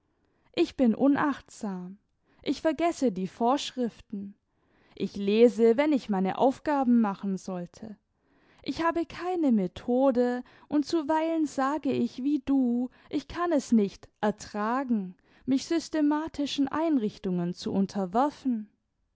ich bin unachtsam ich vergesse die vorschriften ich lese wenn ich meine aufgaben machen sollte ich habe keine methode und zuweilen sage ich wie du ich kann es nicht ertragen mich systematischen einrichtungen zu unterwerfen